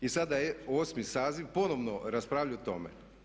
I sada je 8. saziv, ponovno raspravljaju o tome.